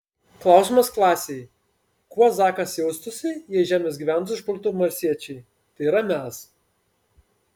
klausimas klasei kuo zakas jaustųsi jei žemės gyventojus užpultų marsiečiai tai yra mes